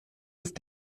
ist